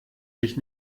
sich